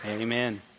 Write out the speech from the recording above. Amen